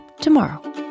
tomorrow